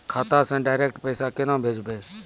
खाता से डायरेक्ट पैसा केना भेजबै?